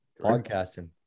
Podcasting